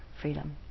freedom